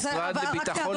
נציגות המשרד לביטחון לאומי.